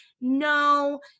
no